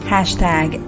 Hashtag